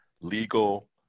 legal